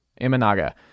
Imanaga